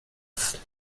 ist